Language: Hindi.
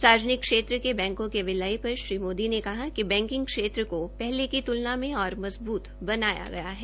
सार्वजनिक क्षेत्र के बैंको के विलय र श्री मोदी ने कहा कि बैंकिंग क्षेत्र को हले की त्लना मे और मजबूत बनाया गया है